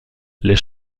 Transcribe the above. les